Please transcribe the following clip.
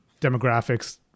demographics